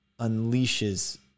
unleashes